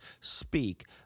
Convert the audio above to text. speak